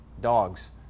dogs